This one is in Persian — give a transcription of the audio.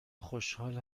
خوشحال